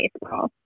baseball